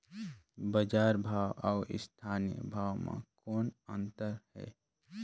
बजार भाव अउ स्थानीय भाव म कौन अन्तर हे?